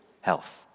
health